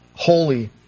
holy